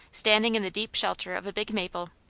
standing in the deep shelter of a big maple.